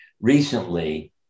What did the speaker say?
recently